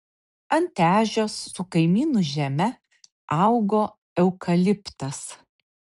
ant ežios su kaimynų žeme augo eukaliptas